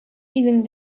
идең